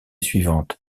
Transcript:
suivante